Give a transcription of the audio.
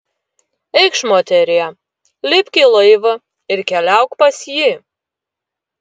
eikš moterie lipk į laivą ir keliauk pas jį